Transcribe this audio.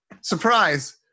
Surprise